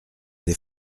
des